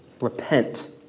Repent